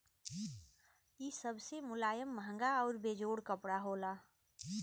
इ सबसे मुलायम, महंगा आउर बेजोड़ कपड़ा होला